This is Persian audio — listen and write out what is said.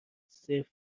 سفت